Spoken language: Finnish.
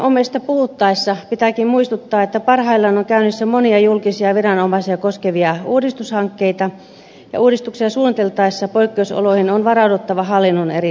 viranomaisista puhuttaessa pitääkin muistuttaa että parhaillaan on käynnissä monia julkisia viranomaisia koskevia uudistushankkeita ja uudistuksia suunniteltaessa poikkeusoloihin on varauduttava hallinnon eri tasoilla